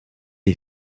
est